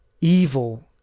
evil